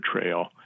trail